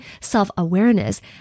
self-awareness